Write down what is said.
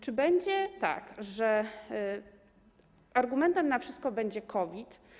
Czy będzie tak, że argumentem na wszystko będzie COVID?